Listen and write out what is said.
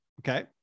Okay